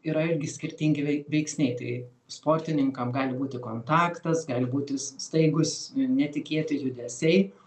yra irgi skirtingi veik veiksniai tai sportininkam gali būti kontaktas gali būti s staigūs netikėti judesiai